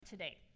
today